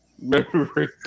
Memory